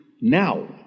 now